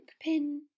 pin